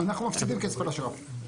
אנחנו מפסידים כסף על השר"פ.